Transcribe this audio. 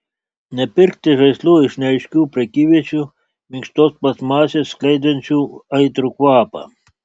nepirkti žaislų iš neaiškių prekyviečių minkštos plastmasės skleidžiančių aitrų kvapą